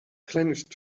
clenched